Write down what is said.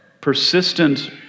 persistent